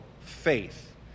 faith